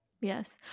yes